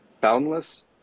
boundless